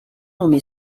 nommé